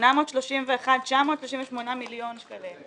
חוות הדעת המקצועית שלכם.